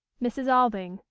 mrs. alving.